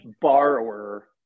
borrower